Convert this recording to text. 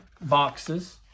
boxes